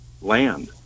land